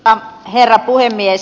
arvoisa herra puhemies